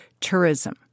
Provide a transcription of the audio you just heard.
tourism